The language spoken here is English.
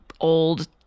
old